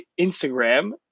Instagram